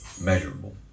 measurable